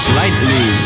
Slightly